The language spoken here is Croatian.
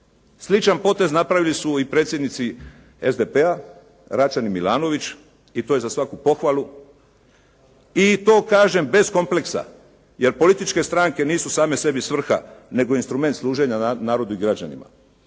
Sličan potez napravili su i predsjednici SDP-a Račan i Milanović i to je za svaku pohvalu i to kažem bez kompleksa jer političke stranke nisu same sebi svrha nego instrument služenja narodu i građanima.